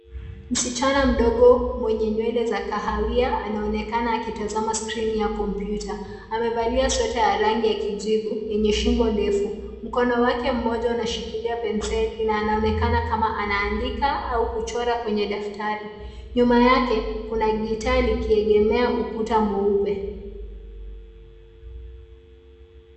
Msichana mdogo mwenye nywele za kahawia, anaonekana akitazama skrini ya kompyuta. Amevalia sweta ya rangi ya kijivu, yenye shingo ndefu. Mkono wake mmoja unashikilia penseli, na anaonekana kama anaandika au kuchora kwenye daftari. Nyuma yake, kuna gitaa likiegemea ukuta mweupe.